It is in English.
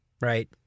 right